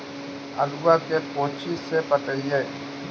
आलुआ के कोचि से पटाइए?